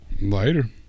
Later